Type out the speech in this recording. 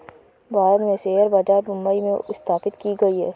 भारत में शेयर बाजार मुम्बई में स्थापित की गयी है